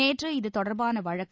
நேற்று இதுதொடர்பான வழக்கு